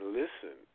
listen